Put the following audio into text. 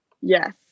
Yes